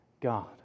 God